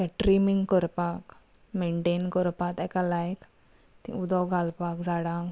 trimming करपाक maintain करपाक ताका लायक ती उदक घालपाक झाडांक